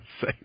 say